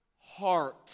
heart